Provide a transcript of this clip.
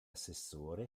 assessore